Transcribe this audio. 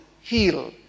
heal